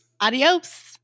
Adios